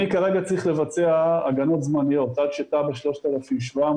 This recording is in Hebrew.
אני כרגע צריך לבצע הגנות זמניות עד שתב"ע 3700,